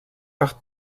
par